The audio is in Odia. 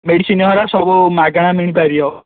ମେଡ଼ିସିନ ହରା ସବୁ ମାଗଣା ମିଳିପାରିବ